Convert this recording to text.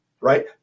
right